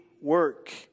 work